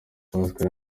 pascal